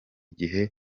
gihe